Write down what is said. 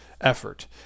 effort